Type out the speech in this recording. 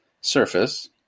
surface